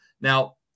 Now